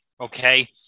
Okay